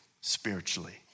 spiritually